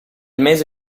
mese